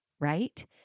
right